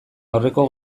aurreko